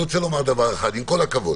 עם כל הכבוד,